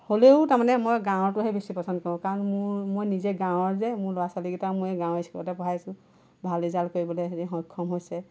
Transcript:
হ'লেও তাৰমানে মই গাঁৱৰটোহে বেছি পছন্দ কৰোঁ কাৰণ মোৰ মই নিজে গাঁৱৰ যে মোৰ ল'ৰা ছোৱালীকেইটাও মই গাঁৱৰ স্কুলতে পঢ়াইছোঁ ভাল ৰিজাল্ট কৰিবলৈ সিহঁতি সক্ষম হৈছে